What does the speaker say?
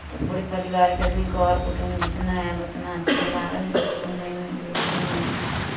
तऽ पूरे परिवारके आदमी कर कुटुम्ब जितना आयल उतना अच्छा लागल ई सुनयमे ई सुनै